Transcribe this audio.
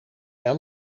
wel